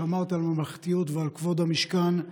שמרת על ממלכתיות ועל כבוד המשכן,